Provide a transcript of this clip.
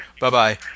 Bye-bye